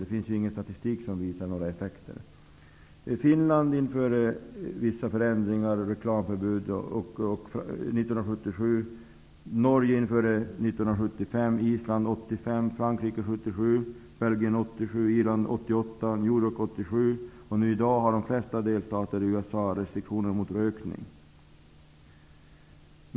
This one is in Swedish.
Det finns ingen statistik som visar några effekter. Finland införde reklamförbud 1977, Norge 1975, Island 1985, York 1987, och i dag har de flesta delstater i USA restriktioner mot rökning.